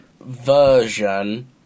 version